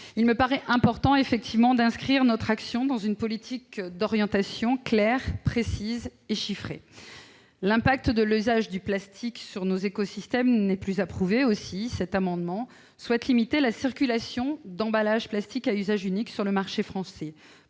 il me paraît important d'inscrire notre action dans le cadre d'orientations claires, précises et chiffrées. L'impact de l'usage du plastique sur nos écosystèmes n'est plus à prouver. Aussi, nous souhaitons limiter la circulation d'emballages en plastique à usage unique sur le marché français.